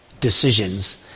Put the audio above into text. decisions